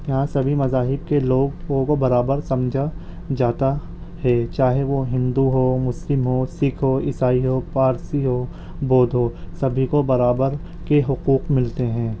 یہاں سبھی مذاہب کے لوگوں کو برابر سمجھا جاتا ہے چاہے وہ ہندو ہو مسلم ہوں سکھ ہو عیسائی ہو پارسی ہو بودھ ہو سبھی کو برابر کے حقوق ملتے ہیں